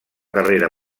carrera